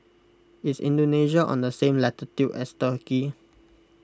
is Indonesia on the same latitude as Turkey